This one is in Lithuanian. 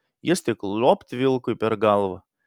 jis tik luopt vilkui per galvą